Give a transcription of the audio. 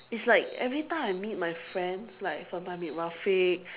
it's like every time I meet my friends like sometimes I meet Rafiq